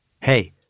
Hey